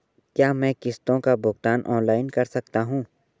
क्या मैं किश्तों का भुगतान ऑनलाइन कर सकता हूँ?